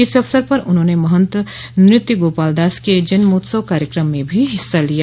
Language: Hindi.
इस अवसर पर उन्होंने महंत नृत्य गोपालदास के जन्मोत्सव कार्यक्रम में भी हिस्सा लिया